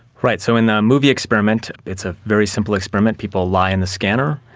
right, so in the movie experiment, it's a very simple experiment, people lie in the scanner,